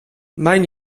mijn